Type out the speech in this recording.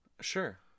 Sure